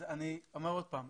אז אני אומר עוד פעם,